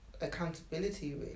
accountability